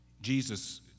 Jesus